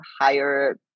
higher